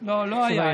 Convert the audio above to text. לא, לא הייתה.